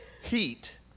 heat